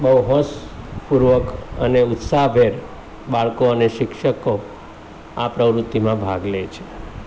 બહુ હોશપૂર્વક અને ઉત્સાહભેર બાળકો અને શિક્ષકો આ પ્રવૃત્તિમાં ભાગ લે છે